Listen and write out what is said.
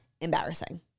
embarrassing